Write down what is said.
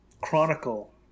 Chronicle